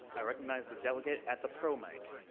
i recognize the delegate at the pro mic.